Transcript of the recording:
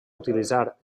utilitzar